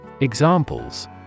examples